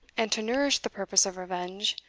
and to nourish the purpose of revenge,